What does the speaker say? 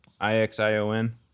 I-X-I-O-N